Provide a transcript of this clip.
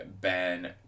Ben